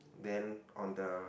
then on the